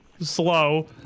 slow